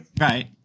Right